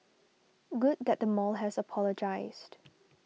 good that the mall has apologised